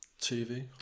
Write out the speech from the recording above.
TV